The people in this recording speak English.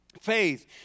Faith